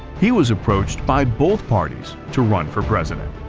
he was approached by both parties to run for president.